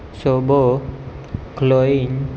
સોબો ક્લોઈન